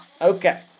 Okay